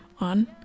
on